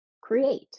create